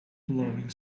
blowing